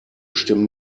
stimmen